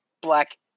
black